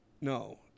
No